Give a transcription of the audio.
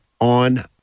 on